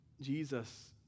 Jesus